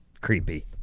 creepy